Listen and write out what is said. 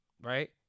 right